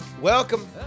Welcome